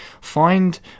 find